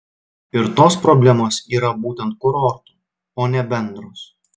ir tos problemos yra būtent kurortų o ne bendros